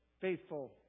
faithful